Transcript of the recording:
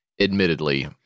admittedly